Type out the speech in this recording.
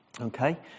Okay